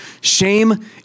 Shame